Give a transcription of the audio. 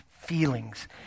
feelings